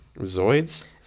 Zoids